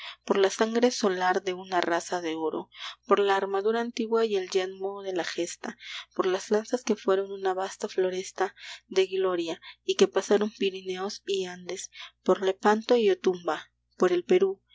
por la sangre solar de una raza de oro por la armadura antigua y el yelmo de la gesta por las lanzas que fueron una vasta floresta de gloria y que pasaron pirineos y andes por lepanto y otumba por el perú